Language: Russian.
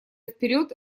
вперед